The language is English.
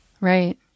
Right